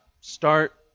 start